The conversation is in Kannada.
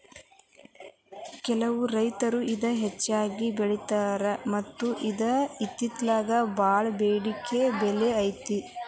ಕೆಲವು ರೈತರು ಇದ ಹೆಚ್ಚಾಗಿ ಬೆಳಿತಾರ ಮತ್ತ ಇದ್ಕ ಇತ್ತಿತ್ತಲಾಗ ಬಾಳ ಬೆಡಿಕೆ ಬೆಲೆ ಐತಿ